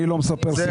אני לא מספר סיפורים.